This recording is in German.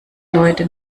leute